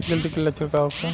गिलटी के लक्षण का होखे?